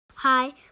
Hi